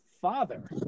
father